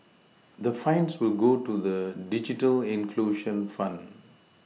the fines will go to the digital inclusion fund